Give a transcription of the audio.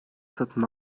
satın